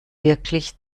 wirklich